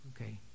Okay